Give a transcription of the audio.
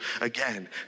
again